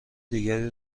دیگر